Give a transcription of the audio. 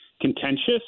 contentious